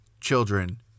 children